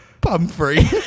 Pumphrey